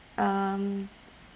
um